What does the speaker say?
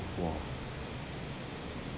war